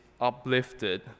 uplifted